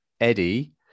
Eddie